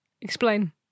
Explain